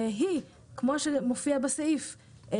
כפי שמופיע בסעיף,